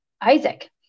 isaac